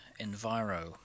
Enviro